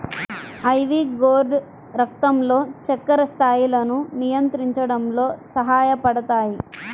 ivy gourd రక్తంలో చక్కెర స్థాయిలను నియంత్రించడంలో సహాయపడతాయి